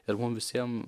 ir mum visiem